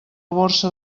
borsa